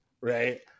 right